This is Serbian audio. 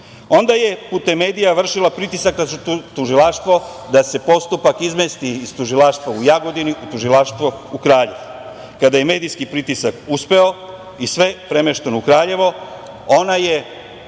Onda je putem medija vršila pritisak na tužilaštvo da se postupak izmesti iz tužilaštva u Jagodini u tužilaštvo u Kraljevo. Kada je medijski pritisak uspeo i sve premešteno u Kraljevo, tražila